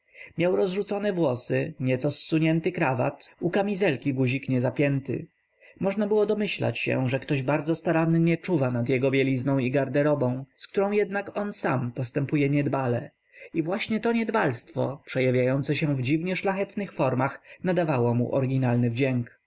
miał rozrzucone włosy nieco zsunięty krawat u kamizelki guzik nie zapięty można było domyślać się że ktoś bardzo starannie czuwa nad jego bielizną i garderobą z którą jednak on sam postępuje niedbale i właśnie to niedbalstwo przejawiające się w dziwnie szlachetnych formach nadawało mu oryginalny wdzięk